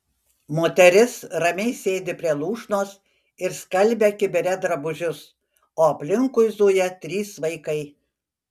moteris ramiai sėdi prie lūšnos ir skalbia kibire drabužius o aplinkui zuja trys vaikai